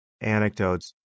anecdotes